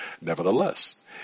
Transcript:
Nevertheless